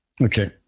Okay